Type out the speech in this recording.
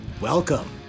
Welcome